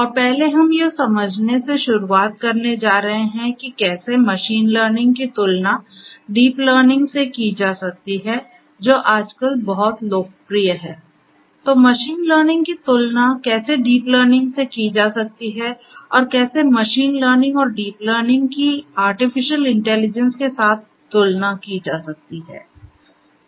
और पहले हम यह समझने से शुरुआत करने जा रहे हैं कि कैसे मशीन लर्निंग की तुलना डीप लर्निंग से की जा सकती है जो आजकल बहुत लोकप्रिय है तो मशीन लर्निंग की तुलना कैसे डीप लर्निंग से की जा सकती है और कैसे मशीन लर्निंग और डीप लर्निंग की आर्टिफिशियल इंटेलिजेंस के साथ तुलना की जा सकती है